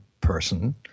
person